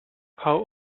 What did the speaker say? how